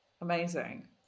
Amazing